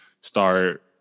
start